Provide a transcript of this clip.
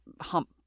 hump